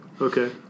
Okay